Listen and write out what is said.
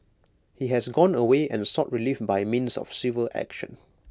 he has gone away and sought relief by means of civil action